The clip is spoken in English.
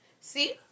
See